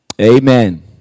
Amen